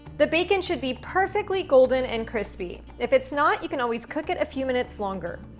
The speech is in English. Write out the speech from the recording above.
the bacon should be perfectly golden and crispy. if it's not, you can always cook it a few minutes longer.